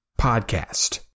podcast